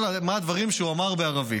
אלא מה הדברים שהוא אמר בערבית.